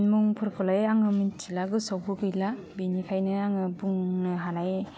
मुंफोरखौलाय आङो मिनथिला गोसोआवबो गैला बिनिखायनो आङो बुंनो हानाय